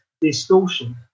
distortion